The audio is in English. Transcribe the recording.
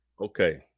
Okay